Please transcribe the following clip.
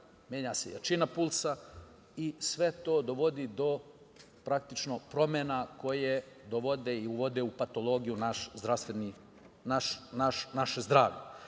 menja se jačina pulsa i sve to dovodi do praktično promena koje dovode i uvode u patologiju naše zdravlje. Prema